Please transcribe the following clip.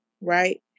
right